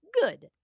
good